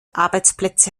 arbeitsplätze